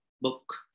book